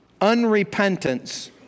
unrepentance